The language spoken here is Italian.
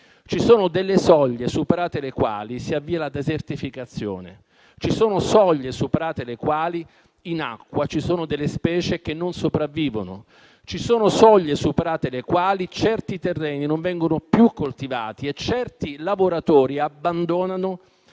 Ci sono delle soglie, superate le quali, si avvia la desertificazione. Ci sono delle soglie, superate le quali, in acqua ci sono delle specie che non sopravvivono. Ci sono soglie, superate le quali, certi terreni non vengono più coltivati e certi lavoratori abbandonano